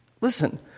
Listen